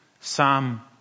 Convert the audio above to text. Psalm